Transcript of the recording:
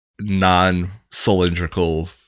non-cylindrical